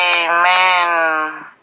Amen